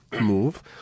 move